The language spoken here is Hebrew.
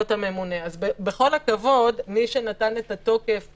בכל הכבוד, מי שנתן את התוקף